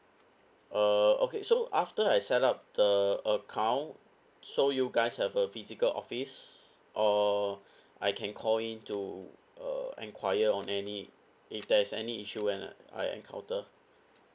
uh okay so after I set up the account so you guys have a physical office or I can call in to uh enquire on any if there's any issue when I encounter